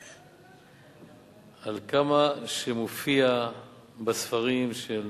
עד כמה שמופיע בספרים של